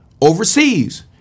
overseas